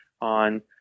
on